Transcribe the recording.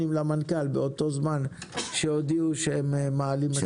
למנכ"ל באותו זמן שהודיעו שהם מעלים מחירים.